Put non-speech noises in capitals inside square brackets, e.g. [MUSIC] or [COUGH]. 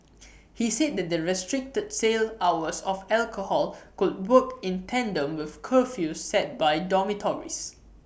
[NOISE] he said that the restricted sale hours of alcohol could work in tandem with curfews set by dormitories